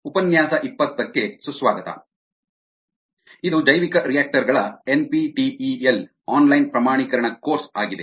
ಉಪನ್ಯಾಸ ಇಪ್ಪತ್ತಕ್ಕೆ ಸುಸ್ವಾಗತ ಇದು ಜೈವಿಕರಿಯಾಕ್ಟರ್ ಗಳ ಎನ್ಪಿಟಿಇಎಲ್ ಆನ್ಲೈನ್ ಪ್ರಮಾಣೀಕರಣ ಕೋರ್ಸ್ ಆಗಿದೆ